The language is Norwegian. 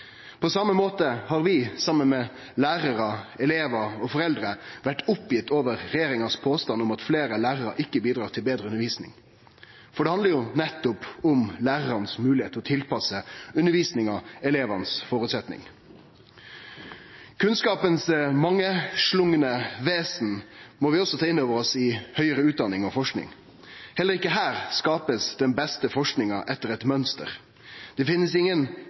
På same måten har vi saman med lærarar, elevar og foreldre vore oppgitt over påstanden til regjeringa om at fleire lærarar ikkje bidrar til betre undervisning. Det handlar nettopp om å gjere det mogleg for lærarane å tilpasse undervisninga til føresetnadene til elevane. Kunnskapens mangslungne vesen må vi også ta inn over oss i høgare utdanning og forsking. Heller ikkje her blir den beste forskinga skapt etter eit mønster. Det finst ingen